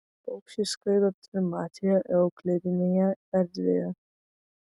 paukščiai skraido trimatėje euklidinėje erdvėje